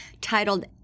titled